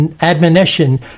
admonition